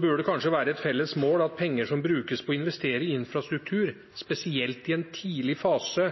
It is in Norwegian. bør det kanskje være et felles mål at penger som brukes til å investere i infrastruktur, spesielt i en tidlig fase,